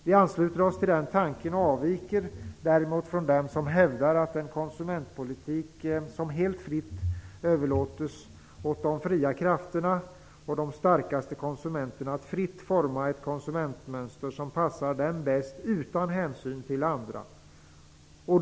Vi ansluter oss till den tanken och avviker därmed från dem som hävdar att den konsumentpolitik som helt fritt överlåter åt de fria krafterna och de starkaste konsumenterna att forma ett konsumentmönster som passar dem bäst, utan hänsyn till andra, skapar de bästa förutsättningarna.